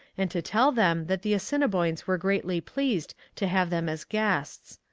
and to tell them that the assiniboines were greatly pleased to have them as guests.